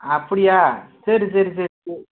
அப்படியா சரி சரி சரி சர்